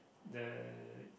the